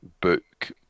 book